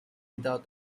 without